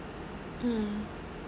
mm